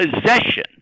possession